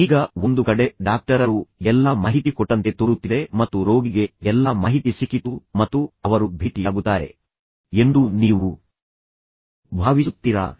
ಈಗ ಒಂದು ಕಡೆ ಡಾಕ್ಟರರು ಎಲ್ಲಾ ಮಾಹಿತಿ ಕೊಟ್ಟಂತೆ ತೋರುತ್ತಿದೆ ಮತ್ತು ರೋಗಿಗೆ ಎಲ್ಲಾ ಮಾಹಿತಿ ಸಿಕ್ಕಿತು ಮತ್ತು ಅವರು ಭೇಟಿಯಾಗುತ್ತಾರೆ ಎಂದು ನೀವು ಭಾವಿಸುತ್ತೀರಾ